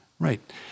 Right